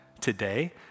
today